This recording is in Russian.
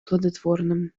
плодотворным